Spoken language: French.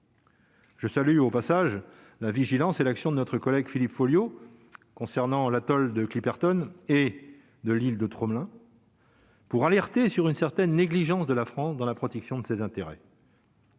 Je salue au passage la vigilance et l'action de notre collègue Philippe Folliot concernant l'atoll de Clipperton est de l'île de Tromelin. Pour alerter sur une certaine négligence de la France dans la protection de ses intérêts.